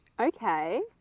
okay